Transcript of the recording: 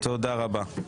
תודה רבה.